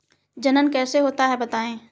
जनन कैसे होता है बताएँ?